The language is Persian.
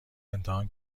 امتحان